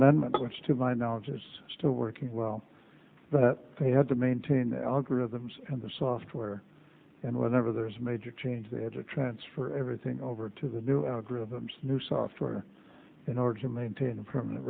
amendment which to my knowledge is still working well but they have to maintain the algorithms and the software and whenever there's a major change they have to transfer everything over to the new algorithms new software in order to maintain a permanent